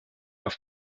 auf